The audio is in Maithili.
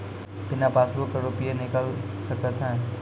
बिना पासबुक का रुपये निकल सकता हैं?